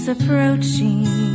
approaching